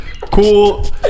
cool